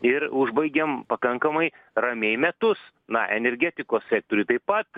ir užbaigėm pakankamai ramiai metus na energetikos sektoriuj taip pat